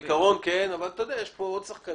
בעיקרון כן, אבל כמו שאתה יודע, יש פה עוד שחקנים